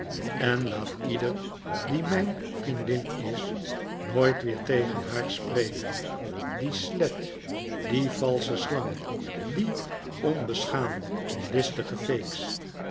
en laat ieder die mijn vriendin is nooit weer tegen haar spreken die slet die valsche slang die onbeschaamde